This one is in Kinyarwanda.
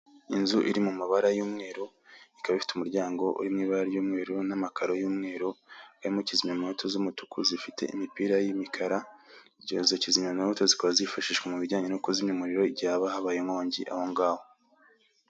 Inzu iri mu mabara y'umweru, ikaba ifite umuryango uri mu ibara ry'umweru n'amakaro y'umweru, harimo kizimyamwoto z'umutuku zifite imipira y'imikara, izo kizimyamwoto zikaba zifashishwa mu bijyanye no kuzimya umuriro, igihe haba habaye inkongi aho ngaho.